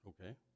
Okay